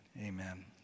amen